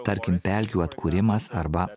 tarkim pelkių atkūrimas arba